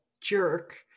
jerk